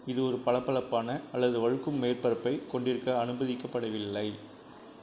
இது ஒரு பளபளப்பான அல்லது வழுக்கும் மேற்பரப்பை கொண்டிருக்க அனுமதிக்கப்படவில்லை